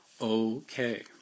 Okay